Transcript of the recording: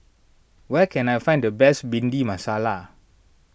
where can I find the best Bhindi Masala